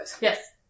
Yes